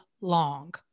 long